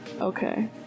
Okay